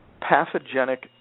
Pathogenic